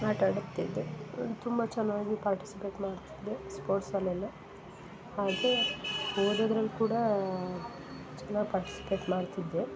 ಆಟ ಆಡುತ್ತಿದ್ದೆ ತುಂಬ ಚೆನ್ನಾಗಿ ಪಾರ್ಟಿಸಿಪೇಟ್ ಮಾಡ್ತಿದ್ದೆ ಸ್ಪೋರ್ಟ್ಸಲ್ಲಿ ಎಲ್ಲ ಹಾಗೆ ಓದುದ್ರಲ್ಲಿ ಕೂಡ ಚೆನ್ನಾಗಿ ಪಾರ್ಟಿಸಿಪೇಟ್ ಮಾಡ್ತಿದ್ದೆ